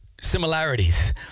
similarities